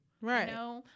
Right